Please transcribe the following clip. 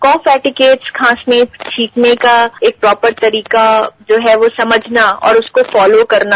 कफ etiquettes खांसने या छींकने का एक प्रॉपर तरीका जो हैं समझना और उसको फॉलो करना